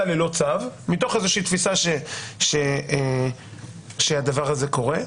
ללא צו מתוך איזושהי תפיסה שהדבר הזה קורה.